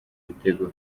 ibitego